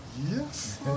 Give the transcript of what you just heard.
Yes